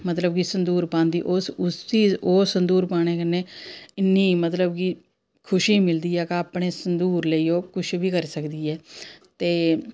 मतलब की संदूर पांदी ओह् उसी ओह् संदूर पाने कन्नै इन्नी मतलब खुशी मिलदी ऐ अपने संदूर लेई ओह् कुछ बी करी सकदी ऐ ते